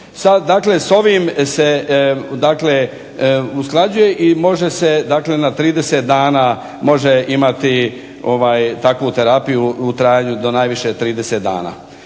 dakle sa ovim se, dakle usklađuje i može se dakle na 30 dana može imati takvu terapiju u trajanju do najviše 30 dana.